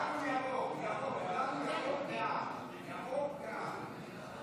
להעביר את הצעת חוק לעידוד השקעות הון בחקלאות (תיקון,